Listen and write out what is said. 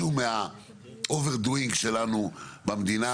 משהו מה-over doing שלנו במדינה,